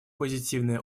позитивное